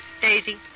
Daisy